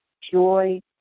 joy